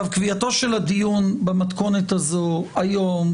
קביעתו של הדיון המתכונת הזאת היום,